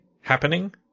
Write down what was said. happening